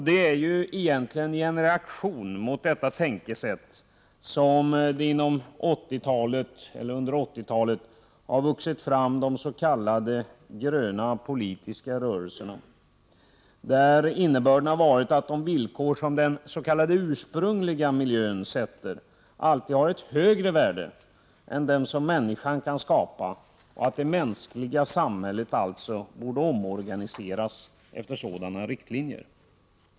Det är egentligen i en reaktion mot detta tänkesätt som det under 80-talet har vuxit fram de s.k. gröna politiska rörelserna, där innebörden har varit att de villkor som den ”ursprungliga” miljön sätter alltid har ett högre värde än den som människan kan skapa och att det mänskliga samhället alltså borde omorganiseras efter sådana riktlinjer.